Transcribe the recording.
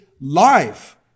life